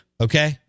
Okay